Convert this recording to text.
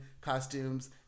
costumes